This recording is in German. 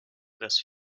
das